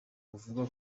buvuga